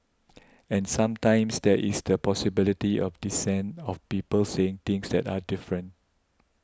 and sometimes there is the possibility of dissent of people saying things that are different